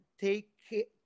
take